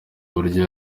uburyo